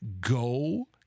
go